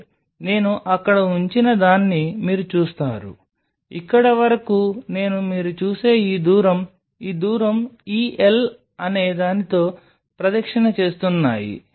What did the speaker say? అంటే నేను అక్కడ ఉంచినదాన్ని మీరు చూస్తారు ఇక్కడ వరకు నేను మీరు చూసే ఈ దూరం ఈ దూరం ఈ ఎల్ అనే దానితో ప్రదక్షిణ చేస్తున్నాను